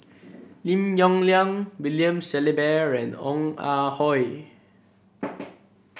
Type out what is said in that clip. Lim Yong Liang William Shellabear and Ong Ah Hoi